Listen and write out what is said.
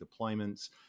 deployments